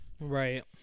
Right